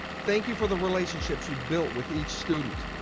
thank you for the relationships you've built with each student,